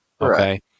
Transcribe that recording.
Okay